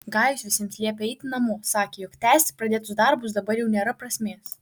gajus visiems liepė eiti namo sakė jog tęsti pradėtus darbus dabar jau nėra prasmės